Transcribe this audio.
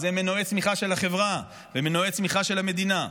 אלה מנועי צמיחה של החברה ומנועי צמיחה של המדינה.